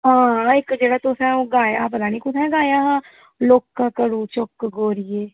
हां इक जेह्ड़ा ओह् तुसें गाया हा पता निं कुत्थै गाया हा लौह्का घड़ू चुक्क गोरिये